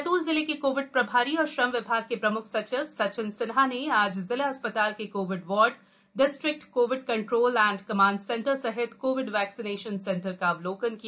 बैतूल जिले के कोविड प्रभारी और श्रम विभाग के प्रमुख सचिव सचिन सिन्हा ने आज जिला अस्पताल के Covid ward district Covid control and command centre सहित कोविड वैक्सीनेशन सेंटर का अवलोकन किया